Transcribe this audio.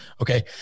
Okay